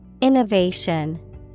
Innovation